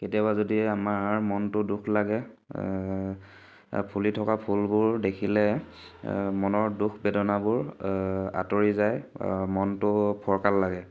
কেতিয়াবা যদি আমাৰ মনটো দুখ লাগে ফুলি থকা ফুলবোৰ দেখিলে মনৰ দুখ বেদনাবোৰ আঁতৰি যায় মনটো ফৰকাল লাগে